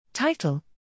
Title